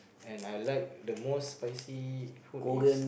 and I like the most spicy food is